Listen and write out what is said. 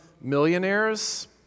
millionaires